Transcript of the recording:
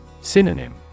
Synonym